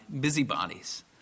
busybodies